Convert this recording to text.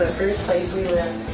first place we lived